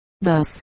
thus